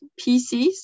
PCs